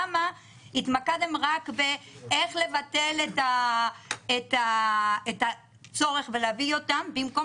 למה התמקדתם רק איך לבטל את הצורך ולהביא אותם במקום